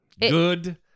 Good